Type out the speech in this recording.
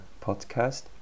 podcast